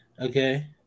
Okay